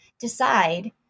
decide